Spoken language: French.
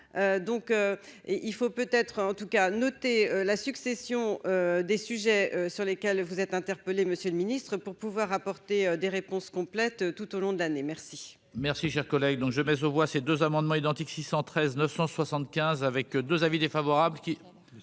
et il faut peut être en tout cas, notez la succession des sujets sur lesquels vous êtes interpellés, Monsieur le Ministre, pour pouvoir apporter des réponses complètes tout au long de l'année, merci. Merci, cher collègue, donc je mais se voit ces deux amendements identiques 613 975 avec 2 avis défavorables qui